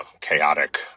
chaotic